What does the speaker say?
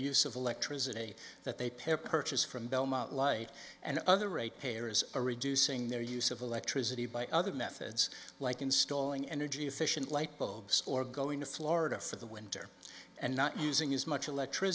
use of electricity that they pay purchase from belmont light and other rate payers are reducing their use of electricity by other methods like installing energy efficient light bulbs or going to florida for the winter and not using as much elect